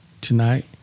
tonight